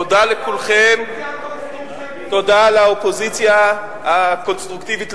תודה לכולכם, לאופוזיציה הקונסטרוקטיבית.